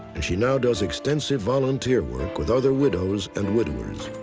and she now does extensive volunteer work with other widows and widowers.